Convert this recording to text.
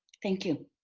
thank you.